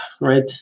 right